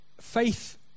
Faith